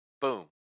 Boom